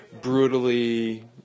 brutally